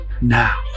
now